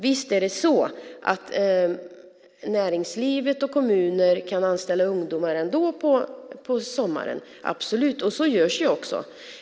Visst kan näringslivet och kommuner ändå anställa ungdomar på sommaren, och det sker ju också.